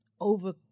over